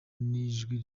n’ijwi